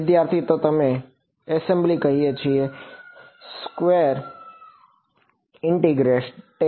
વિદ્યાર્થી તો અમે એસેમ્બલી કહીએ છીએ સ્કવેર ઇન્ટિગરટેડ